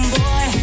boy